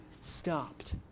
stopped